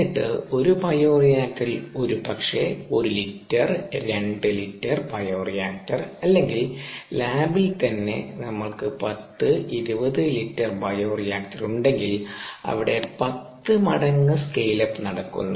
എന്നിട്ട് ഒരു ബയോറിയാക്ടറിൽ ഒരുപക്ഷേ 1 ലിറ്റർ 2 ലിറ്റർ ബയോറിയാക്ടർ അല്ലെങ്കിൽ ലാബിൽ തന്നെ നമ്മൾക്കു 10 20 ലിറ്റർ ബയോറിയാക്റ്റർ ഉണ്ടെങ്കിൽ അവിടെ 10 മടങ്ങ് സ്കെയിൽ അപ്പ് നടക്കുന്നു